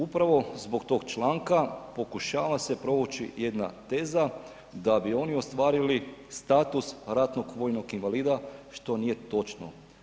Upravo zbog tog članka pokušava se provući jedna teza da bi oni ostvarili status ratnog vojnog invalida, što nije točno.